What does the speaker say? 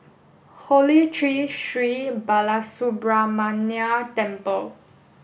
Holy Tree Sri Balasubramaniar Temple